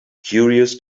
curious